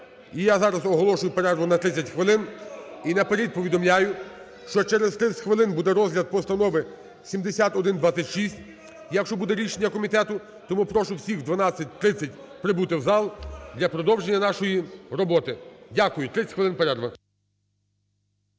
я зараз оголошую перерву на 30 хвилин. І наперед повідомляю, що через 30 хвилин буде розгляд постанови 7126, якщо буде рішення комітету. Тому прошу всіх о 12:30 прибути в зал для продовження нашої роботи. Дякую. 30 хвилин – перерва.